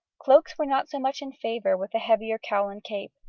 cloaks were not so much in favour with the heavier cowl and cape,